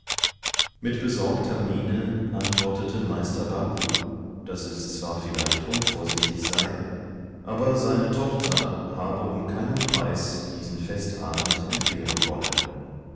mit besorgter miene antwortete meister baku daß es zwar vielleicht unvorsichtig sei aber seine tochter habe um keinen preis diesen festabend entbehren wollen